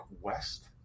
West